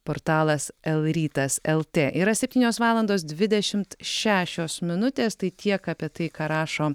portalas lrytas lt yra septynios valandos dvidešimt šešios minutės tai tiek apie tai ką rašo